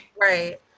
right